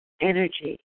energy